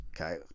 Okay